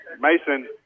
Mason